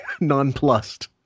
nonplussed